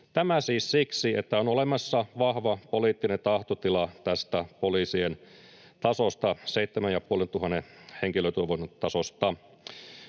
Tämä siis siksi, että on olemassa vahva poliittinen tahtotila tästä poliisien tasosta, seitsemän ja